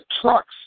trucks